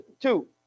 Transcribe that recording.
two